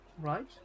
Right